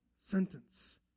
sentence